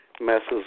messes